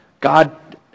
god